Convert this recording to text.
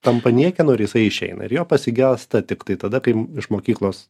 tampa niekieno ir jisai išeina ir jo pasigesta tiktai tada kai iš mokyklos